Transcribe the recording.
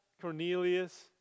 Cornelius